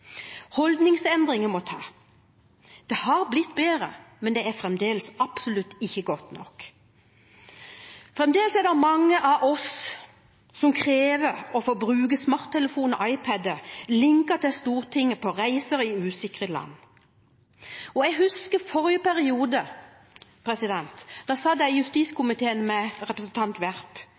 Holdningsendringer må til. Det har blitt bedre, men det er fremdeles absolutt ikke godt nok. Fremdeles er det mange av oss som krever å få bruke smarttelefoner og iPad-er linket til Stortinget på reiser i usikre land. Jeg husker forrige periode, da satt jeg i justiskomiteen med representanten Werp,